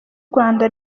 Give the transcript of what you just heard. rwanda